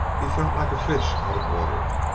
he felt like a fish out of water.